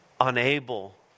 unable